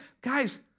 Guys